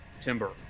timber